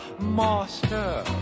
master